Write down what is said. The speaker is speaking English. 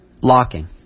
locking